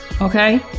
okay